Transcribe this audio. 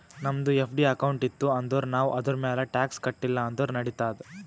ನಮ್ದು FD account ಇತ್ತು ಅಂದುರ್ ನಾವ್ ಅದುರ್ಮ್ಯಾಲ್ ಟ್ಯಾಕ್ಸ್ ಕಟ್ಟಿಲ ಅಂದುರ್ ನಡಿತ್ತಾದ್